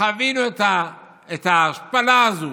חווינו את ההשפלה הזו